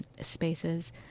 spaces